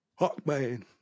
Hawkman